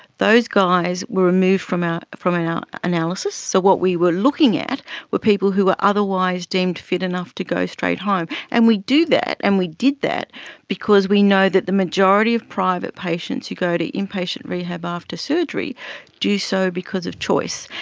those guys were removed from our from and our analysis. so what we were looking at were people who were otherwise deemed fit enough to go straight home. and we do that and we did that because we know that the majority of private patients who go to inpatient rehab ah after surgery do so because of choice.